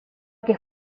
que